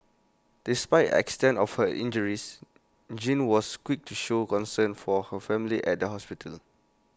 despite the extent of her injures Jean was quick to show concern for her family at the hospital